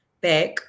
back